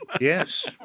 Yes